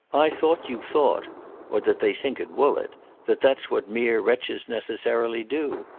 i thought you thought or that they think at woollett that that's what mere wretches necessarily do.